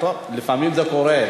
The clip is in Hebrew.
טוב, לפעמים זה קורה.